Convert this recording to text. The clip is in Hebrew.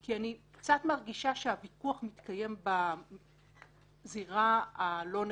כי אני קצת מרגישה שהוויכוח מתקיים בזירה הלוא נכונה.